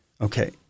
okay